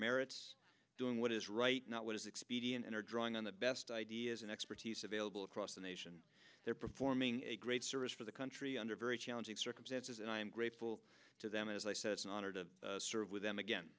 merit it's doing what is right not what is expedient in our drawing on the best ideas and expertise available across the nation they're performing a great service for the country under very challenging circumstances and i am grateful to them as i said an honor to serve with them again